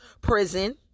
Prison